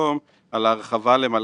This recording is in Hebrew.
או שאתה משלם.